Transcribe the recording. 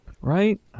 Right